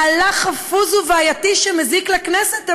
מהלך חפוז ובעייתי שמזיק לכנסת,